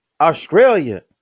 Australia